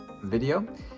video